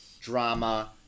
drama